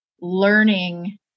learning